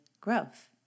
growth